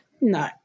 no